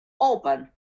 open